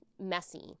messy